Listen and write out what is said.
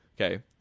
okay